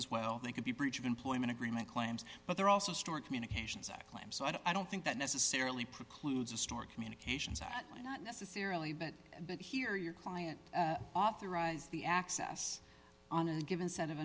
as well they could be breach of employment agreement claims but they're also stored communications act claims so i don't think that necessarily precludes a store communications are not necessarily but that here your client authorized the access on a given set of